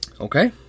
Okay